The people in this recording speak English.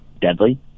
deadly